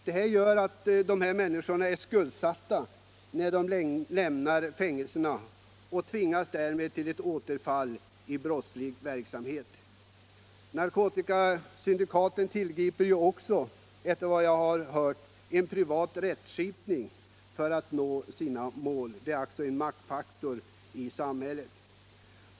Detta gör att de är skuldsatta när de lämnar fängelserna och tvingas att återfalla i brottslig verksamhet. Narkotikasyndikaten tillgriper också, efter vad jag har hört, privat rättsskipning för att nå sina mål. De är alltså en maktfaktor i samhället.